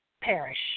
perish